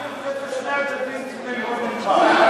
אני חושב ששני הצדדים צריכים ללמוד ממך.